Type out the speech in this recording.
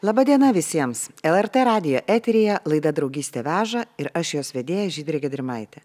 laba diena visiems lrt radijo eteryje laida draugystė veža ir aš jos vedėja žydrė gedrimaitė